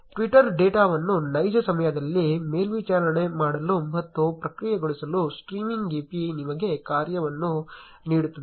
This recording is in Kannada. ಟ್ವಿಟರ್ ಡೇಟಾವನ್ನು ನೈಜ ಸಮಯದಲ್ಲಿ ಮೇಲ್ವಿಚಾರಣೆ ಮಾಡಲು ಮತ್ತು ಪ್ರಕ್ರಿಯೆಗೊಳಿಸಲು ಸ್ಟ್ರೀಮಿಂಗ್ API ನಿಮಗೆ ಕಾರ್ಯವನ್ನು ನೀಡುತ್ತದೆ